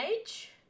age